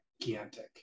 gigantic